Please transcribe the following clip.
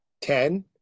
ten